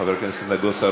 חבר הכנסת נגוסה,